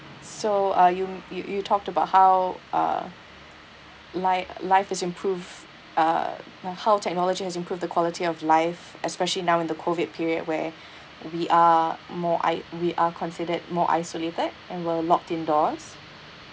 so are you you you talked about how uh like life is improved uh and how technology has improved the quality of life especially now in the COVID period where we are more i~ we are considered more isolated and we're locked indoors